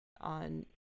on